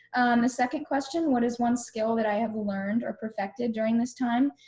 the second question, what is one skill that i have learned or perfected during this time?